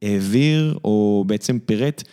העביר או בעצם פירט.